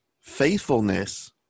Faithfulness